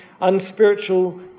unspiritual